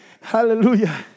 Hallelujah